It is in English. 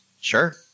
sure